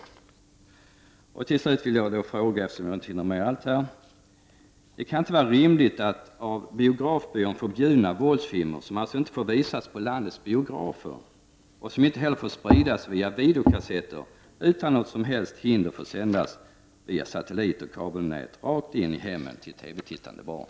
Eftersom jag inte hinner med allt jag hade tänkt säga vill jag avsluta med att säga att det inte kan vara rimligt att av biografbyrån förbjudna våldsfilmer, som alltså inte får visas på landets biografer och som heller inte får spridas via videokassetter, utan något som helst hinder får sändas via satellit och kabelnät rakt in i hemmen till TV-tittande barn.